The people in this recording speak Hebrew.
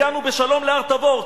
הגענו בשלום להר-תבור,